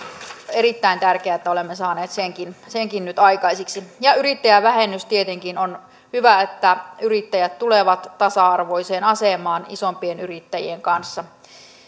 erittäin tärkeää että olemme saaneet senkin senkin nyt aikaiseksi ja yrittäjävähennys tietenkin on hyvä että pienyrittäjät tulevat tasa arvoiseen asemaan isompien yrittäjien kanssa